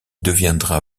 deviendra